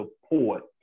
support